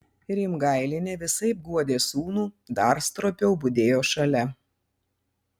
rimgailienė visaip guodė sūnų dar stropiau budėjo šalia